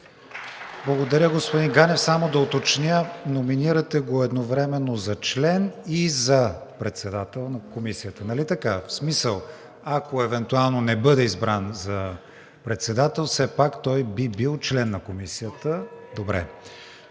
Благодаря, господин Ганев. Само да уточня – номинирате го едновременно за член и за председател на Комисията, нали така? В смисъл, ако евентуално не бъде за председател, все пак той би бил член на Комисията? Добре.